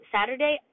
Saturday